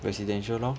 residential lor